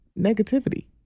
negativity